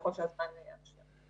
ככל שהזמן יאפשר.